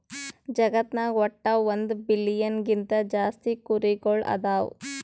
ಜಗತ್ನಾಗ್ ವಟ್ಟ್ ಒಂದ್ ಬಿಲಿಯನ್ ಗಿಂತಾ ಜಾಸ್ತಿ ಕುರಿಗೊಳ್ ಅದಾವ್